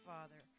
Father